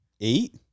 eight